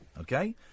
Okay